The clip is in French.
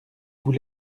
vous